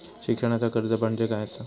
शिक्षणाचा कर्ज म्हणजे काय असा?